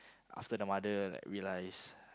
after the mother like realise